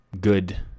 good